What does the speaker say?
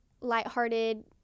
lighthearted